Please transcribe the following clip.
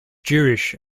jewish